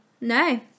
No